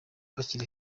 bakiri